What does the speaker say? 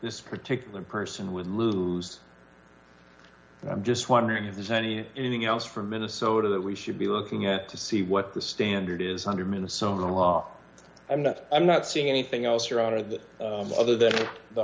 this particular person would lose and i'm just wondering if there's any anything else from minnesota that we should be looking at to see what the standard is under minnesota law i'm not i'm not seeing anything else around it that other than the